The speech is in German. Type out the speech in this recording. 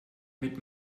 mit